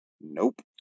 nope